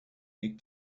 big